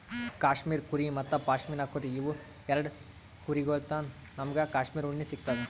cashmere ಕುರಿ ಮತ್ತ್ ಪಶ್ಮಿನಾ ಕುರಿ ಇವ್ ಎರಡ ಕುರಿಗೊಳ್ಳಿನ್ತ್ ನಮ್ಗ್ ಕ್ಯಾಶ್ಮೀರ್ ಉಣ್ಣಿ ಸಿಗ್ತದ್